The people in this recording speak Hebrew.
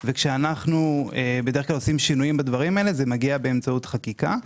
וכשאנחנו עושים שינויים בדברים האלה בדרך כלל זה מגיע באמצעות חקיקה.